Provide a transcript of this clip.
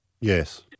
Yes